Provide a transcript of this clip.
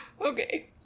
Okay